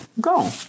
Go